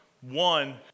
one